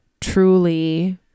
truly